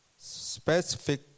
specific